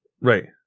Right